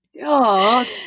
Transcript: God